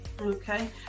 Okay